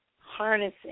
harnessing